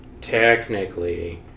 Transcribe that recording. technically